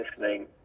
listening